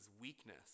weakness